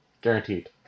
guaranteed